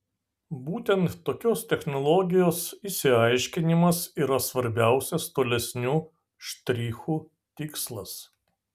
būtent tokios technologijos išsiaiškinimas yra svarbiausias tolesnių štrichų tikslas